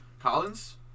Collins